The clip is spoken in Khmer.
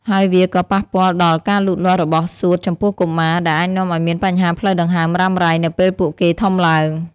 ហើយវាក៏ប៉ះពាល់ដល់ ការលូតលាស់របស់សួតចំពោះកុមារ ដែលអាចនាំឱ្យមានបញ្ហាផ្លូវដង្ហើមរ៉ាំរ៉ៃនៅពេលពួកគេធំឡើង។